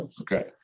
Okay